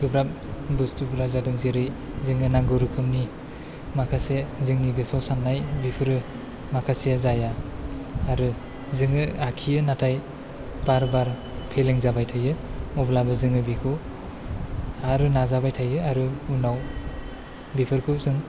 गोब्राब बुस्तुफ्रा जादों जेरै जोंनो नांगौ रोखोमनि माखासे जोंनि गोसोआव साननाय बेफोरो माखासेआ जाया आरो जोङो आखियो नाथाय बार बार फेलें जाबाय थायो अब्लाबो जोङो बेखौ आरो नाजाबाय थायो आरो उनाव बेफोरखौ जों